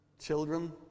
Children